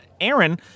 Aaron